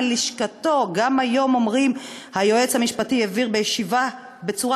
מלשכתו גם היום אומרים: היועץ המשפטי הבהיר בישיבה בצורה